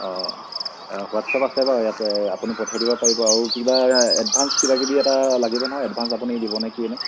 অঁ হোৱাটছআপ আছে বাৰু ইয়াতে আপুনি পঠিয়াই দিব পাৰিব আৰু কিবা এডভা্ঞ্চ কিবাকিবি এটা লাগিব নহয় এডভান্স আপুনি দিব নে কিয়েনে